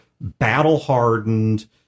battle-hardened